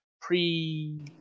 pre